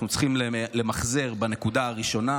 אנחנו צריכים למחזר בנקודה הראשונה.